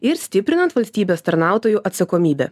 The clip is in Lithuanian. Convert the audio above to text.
ir stiprinant valstybės tarnautojų atsakomybę